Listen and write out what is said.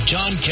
John